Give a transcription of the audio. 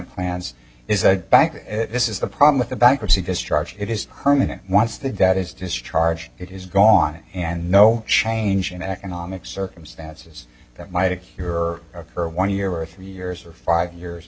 back this is the problem with the bankruptcy discharge it is permanent once the debt is discharged it is gone and no change in economic circumstances that might a cure or one year or three years or five years